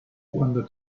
cuando